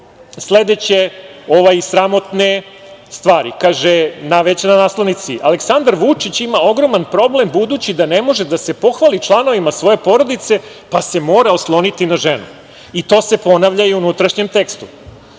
sledeće sramotne stvari. Kaže, već na naslovnici, „Aleksandar Vučić ima ogroman problem budući da ne može da se pohvali članovima svoje porodice, pa se mora osloniti na ženu“, i to se ponavlja i u unutrašnjem tekstu.